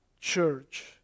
church